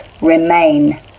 remain